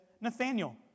Nathaniel